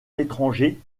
l’étranger